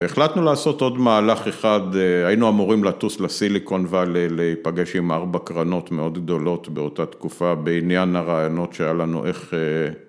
‫החלטנו לעשות עוד מהלך אחד, ‫היינו אמורים לטוס לסיליקון ‫ואל לפגש עם ארבע קרנות מאוד גדולות ‫באותה תקופה בעניין הרעיונות שהיה לנו איך...